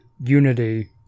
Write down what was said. Unity